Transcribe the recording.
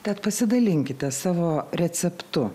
tad pasidalinkite savo receptu